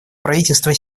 правительство